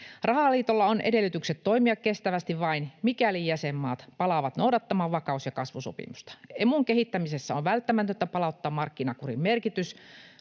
Rahaliitolla on edellytykset toimia kestävästi vain, mikäli jäsenmaat palaavat noudattamaan vakaus- ja kasvusopimusta. Emun kehittämisessä on välttämätöntä palauttaa markkinakurin merkitys.